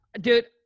dude